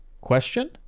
question